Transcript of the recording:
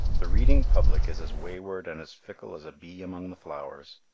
the reading public is as wayward and as fickle as a bee among the flowers.